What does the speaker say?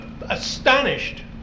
astonished